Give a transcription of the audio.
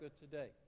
today